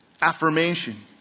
affirmation